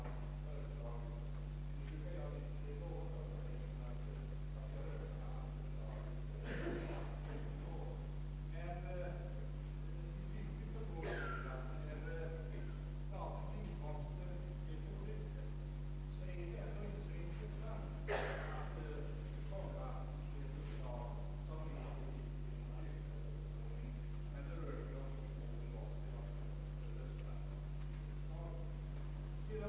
Vi har i alla fall försökt att visa på någon metod.